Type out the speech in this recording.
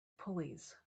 pulleys